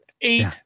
eight